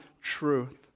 truth